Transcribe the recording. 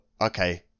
okay